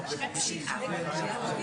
בית --- אני קצת מבין במיזוג אוויר